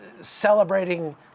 celebrating